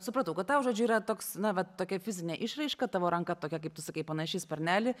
supratau kad tau žodžiu yra toks na va tokia fizinė išraiška tavo ranka tokia kaip tu sakai panaši į sparnelį